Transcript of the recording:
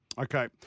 Okay